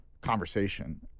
conversation